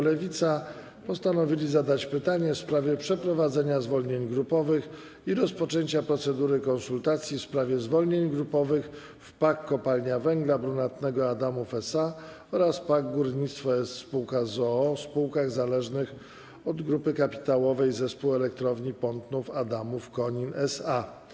Lewica postanowili zadać pytanie w sprawie przeprowadzenia zwolnień grupowych i rozpoczęcia procedury konsultacji w sprawie zwolnień grupowych w PAK Kopalnia Węgla Brunatnego Adamów SA oraz PAK Górnictwo sp. z o.o. - spółkach zależnych od grupy kapitałowej Zespół Elektrowni Pątnów - Adamów - Konin SA.